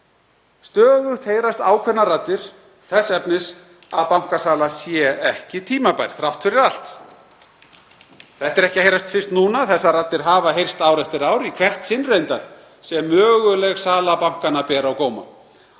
stöðugt heyrast ákveðnar raddir þess efnis að bankasala sé ekki tímabær þrátt fyrir allt. Þetta er ekki að heyrast fyrst núna. Þessar raddir hafa heyrst ár eftir ár, í hvert sinn reyndar sem möguleg sala bankanna ber á góma.